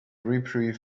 reprieve